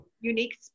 unique